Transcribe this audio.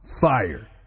fire